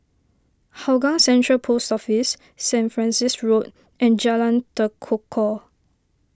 Hougang Central Post Office Saint Francis Road and Jalan Tekukor